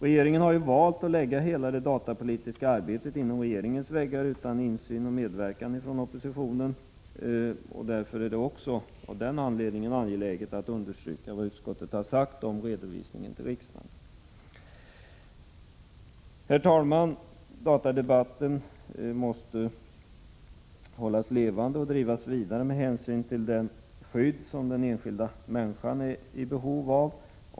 Regeringen har valt att lägga hela det datapolitiska arbetet inom regeringskansliets väggar, utan insyn och medverkan från oppositionen. Därför är det också av den anledningen angeläget att understryka vad utskottet har sagt om redovisningen till riksdagen. Herr talman! Datadebatten måste hållas levande och drivas vidare med hänsyn till det skydd som den enskilda människan är i behov av.